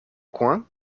coin